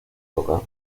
local